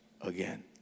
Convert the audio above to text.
again